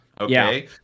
okay